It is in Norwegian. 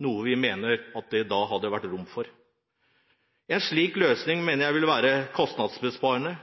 noe vi mener det da hadde vært rom for. En slik løsning mener jeg vil være kostnadsbesparende.